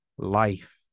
life